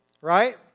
right